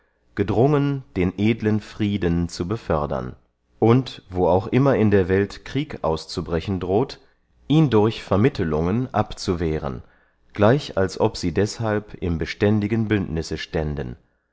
gedrungen den edlen frieden zu befördern und wo auch immer in der welt krieg auszubrechen droht ihn durch vermittelungen abzuwehren gleich als ob sie deshalb im beständigen bündnisse ständen